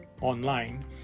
online